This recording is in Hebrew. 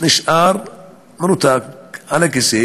נשאר מרותק על הכיסא